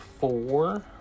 four